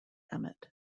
emmett